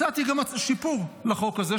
הצעתי גם שיפור לחוק הזה,